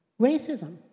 racism